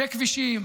בכבישים,